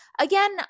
Again